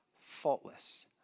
faultless